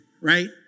right